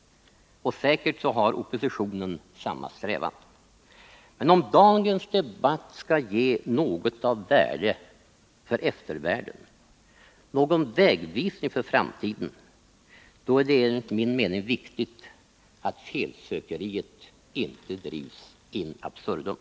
Oppositionen har säkert samma strävan, men om dagens debatt skall ge något av värde för eftervärlden, någon vägvisning för framtiden, är det enligt min mening viktigt att felsökeriet inte drivs in absurdum.